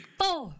four